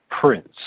Prince